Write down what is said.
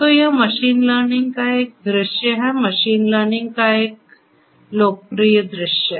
तो यह machine learning का एक दृश्य है मशीन लर्निंग का एक लोकप्रिय दृश्य है